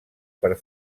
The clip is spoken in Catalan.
per